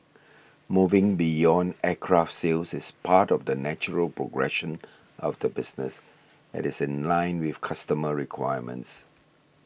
moving beyond aircraft sales is part of the natural progression of the business and is in line with customer requirements